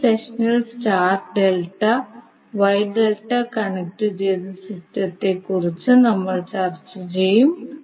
അടുത്ത സെഷനിൽ star delta Y delta കണക്റ്റുചെയ്ത സിസ്റ്റത്തെക്കുറിച്ച് നമ്മൾ ചർച്ച ചെയ്യും